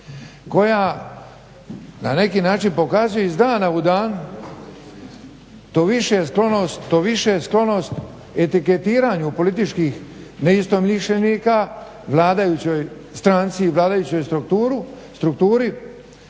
koja na neki način pokazuje iz dana u dan to više sklonost etiketiranju političkih neistomišljenika vladajućoj stranci, vladajuću strukturi